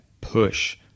push